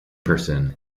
person